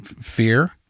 fear